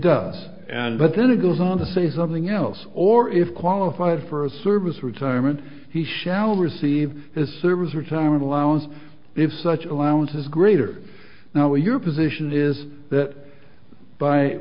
does and but then it goes on to say something else or if qualified for a service retirement he shall receive his service or time allowance if such allowance is greater now your position is that by